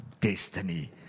destiny